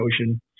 ocean